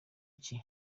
iki